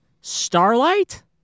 Starlight